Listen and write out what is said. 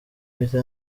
depite